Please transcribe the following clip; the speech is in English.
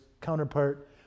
counterpart